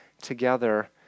together